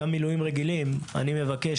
גם לגבי מילואים רגילים אני מבקש,